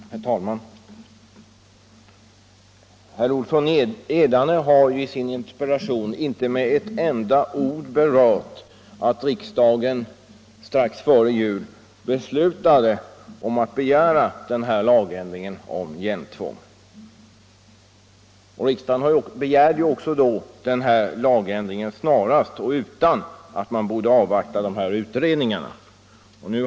Herr talman! Herr Olsson i Edane har i sin interpellation inte med ett enda ord berört att riksdagen strax före jul beslutade att begära en lagändring som innebar hjälmtvång. Riksdagen begärde denna lagändring snarast, utan att de pågående utredningarna avvaktades.